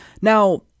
Now